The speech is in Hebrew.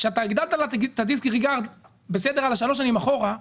כשהגדלת לה את הדיסריגרד על השלוש שנים אחורה,